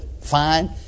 fine